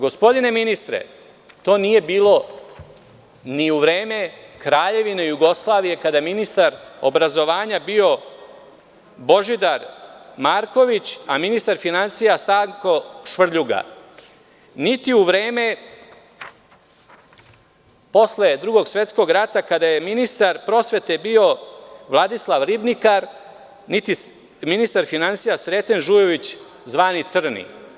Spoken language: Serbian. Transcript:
Gospodine ministre, to nije bilo ni u vreme Kraljevine Jugoslavije, kada je ministar obrazovanja bio Božidar Marković, a ministar finansija Stanko Švrljuga, niti u vreme posle Drugog svetskog rata kada je ministar prosvete bio Vladislav Ribnikar, niti ministar finansija Sreten Žujović, zvani Crni.